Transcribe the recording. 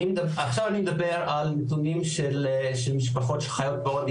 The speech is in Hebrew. עכשיו אני מדבר על נתונים של משפחות שחיות בעוני.